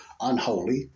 unholy